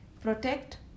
protect